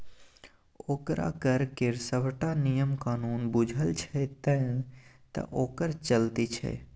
ओकरा कर केर सभटा नियम कानून बूझल छै तैं तँ ओकर चलती छै